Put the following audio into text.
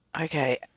Okay